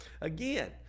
again